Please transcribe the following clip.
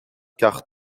car